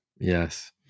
Yes